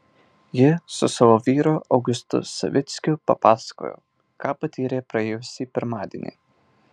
ji su savo vyru augustu savickiu papasakojo ką patyrė praėjusį pirmadienį